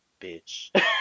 bitch